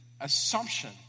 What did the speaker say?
assumption